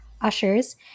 Ushers